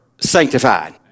sanctified